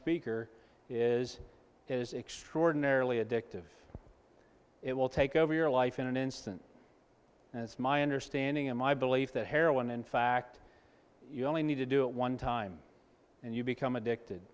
speaker is is extraordinarily addictive it will take over your life in an instant and it's my understanding in my belief that heroin in fact you only need to do it one time and you become addicted